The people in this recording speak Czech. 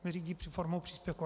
Vyřídí formou příspěvku.